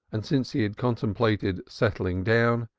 and since he had contemplated settling down,